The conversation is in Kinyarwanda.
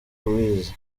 louis